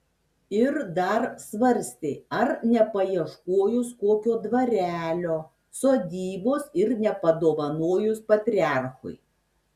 ir dar svarstė ar nepaieškojus kokio dvarelio sodybos ir nepadovanojus patriarchui